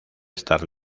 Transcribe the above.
estar